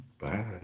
Bye